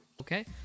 Okay